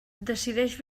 decideix